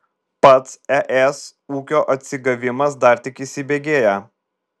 pats es ūkio atsigavimas dar tik įsibėgėja